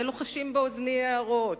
ולוחשים באוזני הערות,